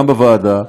גם בוועדה,